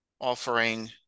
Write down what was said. offering